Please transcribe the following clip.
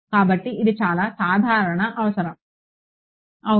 కాబట్టి ఇది చాలా సాధారణ అవసరం అవును